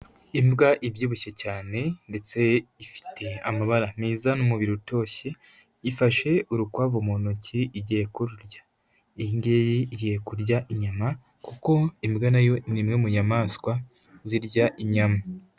Imbwa ibyibushye cyane ndetse ifite amabara meza n'umubiri utoshye. Ifashe urukwavu mu ntoki igiye kurya. Iyi ngiyi igiye kurya inyama kuko imbwa nayo ni imwe mu nyamaswa zirya inyama.